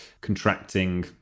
contracting